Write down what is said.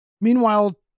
Meanwhile